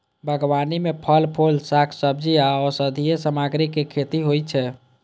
बागबानी मे फल, फूल, शाक, सब्जी आ औषधीय सामग्रीक खेती होइ छै